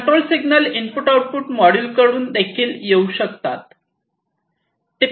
control signal input output module कडून देखील येऊ शकतात